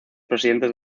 presidentes